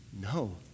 No